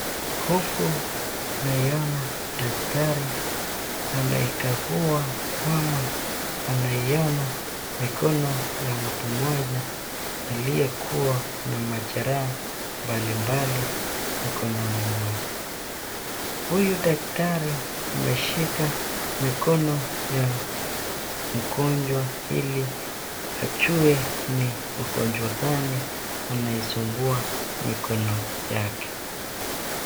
Huku tunaiona daktari anayeikagua ama anaiona mikono ya mtu mmoja aliyekua na majeraha mbali mbali mikononi mwake. Huyu daktari ameshika mikono ya mgonjwa ili ajue ni ugonjwa gani inaisumbua mikono yake